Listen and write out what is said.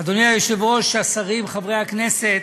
אדוני היושב-ראש, השרים, חברי הכנסת,